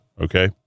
okay